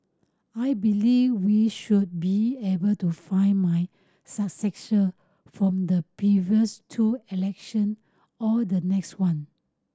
I believe we should be able to find my successor from the previous two election or the next one